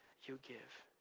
you give.